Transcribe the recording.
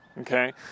Okay